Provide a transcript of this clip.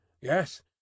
Yes